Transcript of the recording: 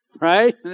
Right